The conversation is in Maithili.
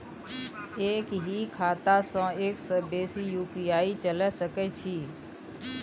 एक ही खाता सं एक से बेसी यु.पी.आई चलय सके छि?